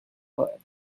for